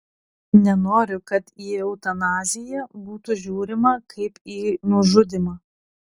nenoriu kad į eutanaziją būtų žiūrimą kaip į nužudymą